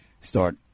start